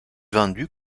vendu